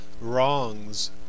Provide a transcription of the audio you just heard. wrongs